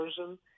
version